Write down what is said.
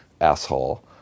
asshole